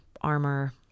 armor